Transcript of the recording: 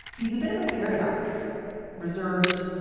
he's a bit of a paradox reserved,